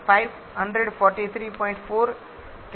4 K જેવું બનશે